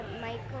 Michael